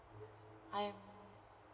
I am